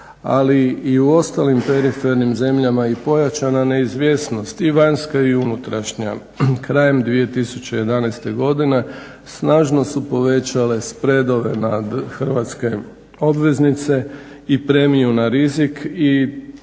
ali i u ostalim perifernim zemljama i pojačana neizvjesnost i vanjska i unutrašnja krajem 2011. godine snažno su povećale spredove nad hrvatske obveznice, i premiju na rizik,